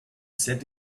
said